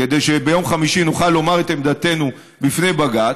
כדי שביום חמישי נוכל לומר את עמדתנו בפני בג"ץ.